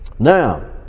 Now